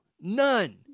None